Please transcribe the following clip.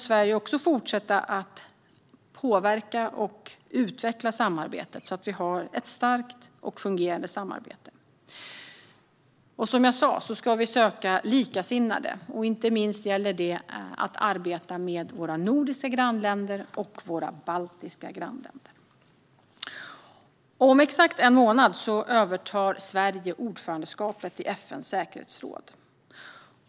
Sverige måste fortsätta att påverka och utveckla samarbetet, så att vi har ett starkt och fungerande samarbete. Som jag sa ska vi söka likasinnade. Inte minst gäller det att arbeta med våra nordiska grannländer och våra baltiska grannländer. Om exakt en månad övertar Sverige ordförandeskapet i FN:s säkerhetsråd.